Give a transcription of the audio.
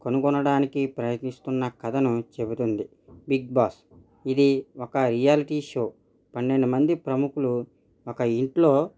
కనుగొనడానికి ప్రయత్నిస్తున్న కథను చెబుతుంది బిగ్ బాస్ ఇది ఒక రియాలిటీ షో పన్నెండు మంది ప్రముఖులు ఒక ఇంట్లో